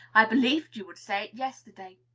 i believed you would say it yesterday.